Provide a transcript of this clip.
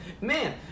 Man